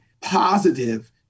positive